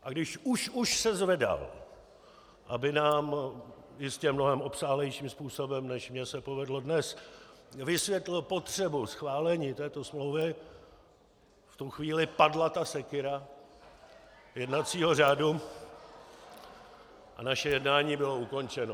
A když už už se zvedal, aby nám jistě mnohem obsáhlejším způsobem, než se povedlo mně dnes, vysvětlil potřebu schválení této smlouvy, v tu chvíli padla ta sekyra jednacího řádu a naše jednání bylo ukončeno.